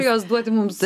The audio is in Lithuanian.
jos duoti mums